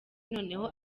noneho